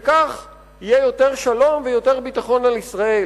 וכך יהיה יותר שלום ויותר ביטחון על ישראל.